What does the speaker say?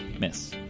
miss